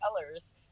colors